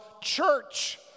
church